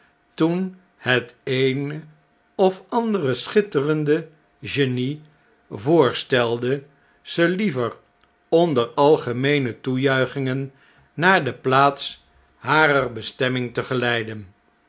toen het eene of andere schitterende genie voorstelde ze liever onder algemeene toejuichingen naar de plaats harer bestemming te geleiden